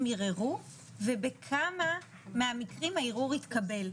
ערערו ובכמה מהמקרים הערעור התקבל?